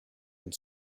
and